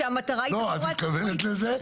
יעילות כלכלית,